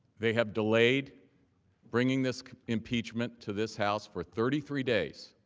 they have delayed bringing this impeachment to this house for thirty three days.